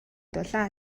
дулаан